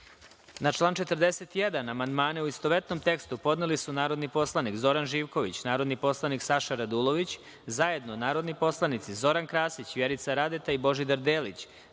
član 41. amandmane u istovetnom tekstu podneli su narodni poslanik Zoran Živković, narodni poslanik Saša Radulović, zajedno narodni poslanici Zoran Krasić, Vjerica Radeta i Božidar Delić,